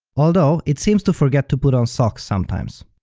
although it seems to forget to put on socks sometimes.